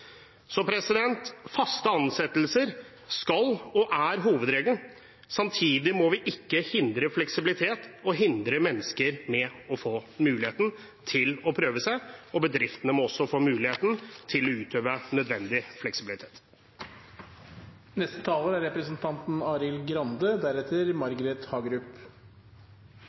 Faste ansettelser skal være, og er, hovedregelen. Samtidig må vi ikke hindre fleksibilitet eller hindre mennesker i å få muligheten til å prøve seg, og bedriftene må også få muligheten til å utøve nødvendig fleksibilitet.